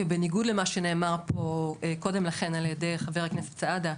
ובניגוד למה שנאמר פה קודם לכן מפי חבר הכנסת סעדה,